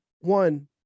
One